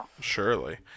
Surely